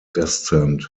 descent